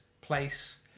place